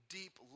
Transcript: deep